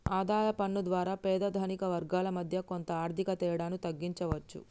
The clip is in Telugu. ఆదాయ పన్ను ద్వారా పేద ధనిక వర్గాల మధ్య కొంత ఆర్థిక తేడాను తగ్గించవచ్చు